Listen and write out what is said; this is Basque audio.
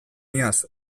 iaz